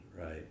right